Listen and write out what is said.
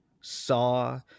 Saw